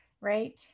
right